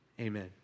amen